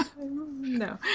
No